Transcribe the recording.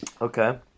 Okay